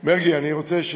מרגי, אני רוצה,